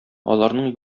аларның